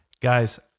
guys